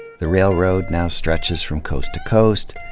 the railroad now stretches from coast to coast,